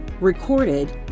recorded